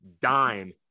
dime